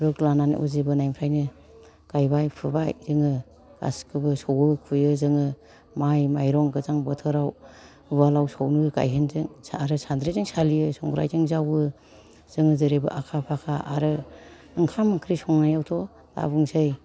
रुब लानानै उज बोनायनिफ्रायनो गायबाय फुबाय जोङो गासिबो सौवो खुयो जोङो माइ माइरं गोजां बोथोराव उवालाव सौवो गाहेनजों आरो सान्द्रिजों सालियो संग्रायजों जाउवो जों जेरैबो आखा फाखा आरो ओंखाम ओंख्रि संनायावथ' दाबुंसै